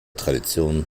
tradition